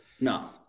No